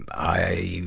and i,